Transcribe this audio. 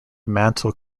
mantle